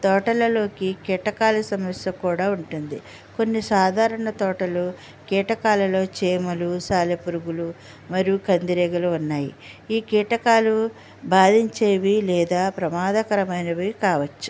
తోటలలోకి కీటకాల సమస్య కూడా ఉంటుంది కొన్ని సాధారణ తోటలు కీటకాలలో చీమలు సాలె పురుగులు మరియు కందిరీగలు ఉన్నాయి ఈ కీటకాలు భాదించేవి లేదా ప్రమాద కరమైనవి కావచ్చు